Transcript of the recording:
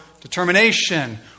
determination